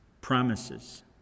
Promises